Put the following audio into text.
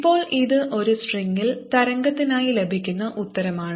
ഇപ്പോൾ ഇത് ഒരു സ്ട്രിംഗിൽ തരംഗത്തിനായി ലഭിക്കുന്ന ഉത്തരമാണ്